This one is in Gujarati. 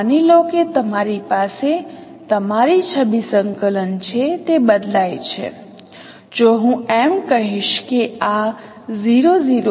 કહો કે તમારી પાસે એક છબી છે મેં કહ્યું કોઈપણ બિંદુ x હવે તે એક બિંદુમાં રૂપાંતરિત થાય છે આ રૂપાંતર આ દ્વારા ડાબી બાજુ ની છબીમાં આપવામાં આવ્યું છે એટલે કે સંદર્ભ છબી માં આપવામાં આવ્યું છે